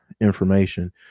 information